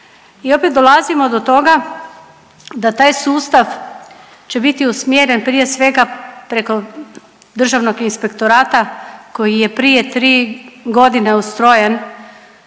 i opet dolazimo do toga da taj sustav će biti usmjeren prije svega preko državnog inspektorata koji je prije 3.g. ustrojen